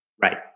Right